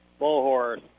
Bullhorse